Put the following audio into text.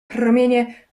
promienie